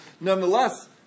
Nonetheless